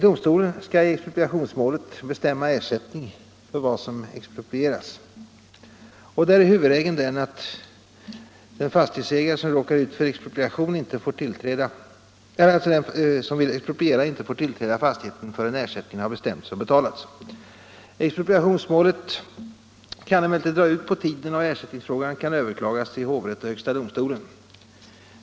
Domstolen skall i expropriationsmålet bestämma ersättning för vad som exproprieras. Huvudregeln är att den exproprierande inte får tillträda fastigheten förrän ersättningen har bestämts och betalts. Expropriationsmålet kan emellertid dra ut på tiden, och ersättningsfrågan kan överklagas till hovrätt och högsta domstolen.